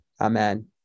Amen